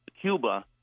Cuba